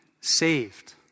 saved